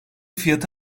fiyatı